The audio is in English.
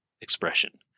expression